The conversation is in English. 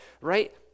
right